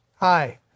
Hi